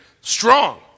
Strong